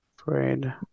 afraid